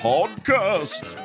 Podcast